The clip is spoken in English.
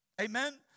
Amen